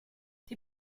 die